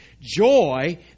Joy